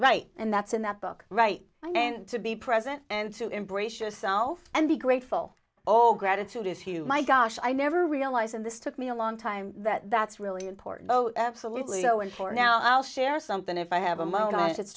right and that's in that book right and to be present and to embrace yourself and be grateful all gratitude is hugh my gosh i never realized in this took me a long time that that's really important oh absolutely go in for now i'll share something if i have a moment it's